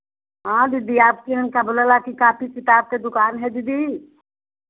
हाँ दीदी आपके यहाँ क्या बोला ला कि किताब के दुकान है दीदी